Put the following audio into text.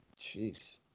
Jeez